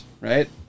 right